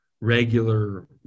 regular